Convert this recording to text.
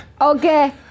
Okay